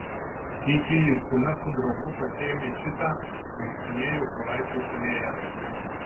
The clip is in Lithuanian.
sykį justina su draugu pasiėmę čitą vaikštinėjo po laisvės alėją